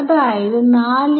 അടുത്ത ടെർമ് ആണ്